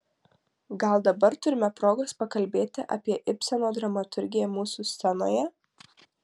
gal dabar turime progos pakalbėti apie ibseno dramaturgiją mūsų scenoje